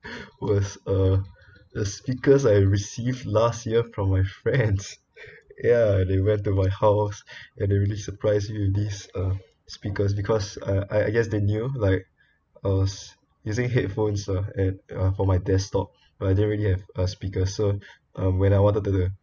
was uh the speakers I received last year from my friends ya they went to my house and they really surprised me with this uh speakers because I I guess they knew like I was using headphones lah and ya for my desktop but I didn't really have a speaker so um when I wanted to